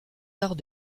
arts